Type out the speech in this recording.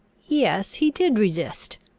yes, he did resist.